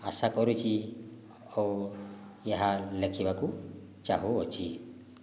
ଆଶା କରୁଛି ଓ ଏହା ଲେଖିବାକୁ ଚାହୁଁ ଅଛି